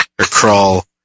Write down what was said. crawl